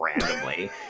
randomly